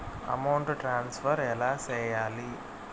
amount transfer ఎలా సేయాలి